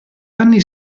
anni